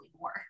more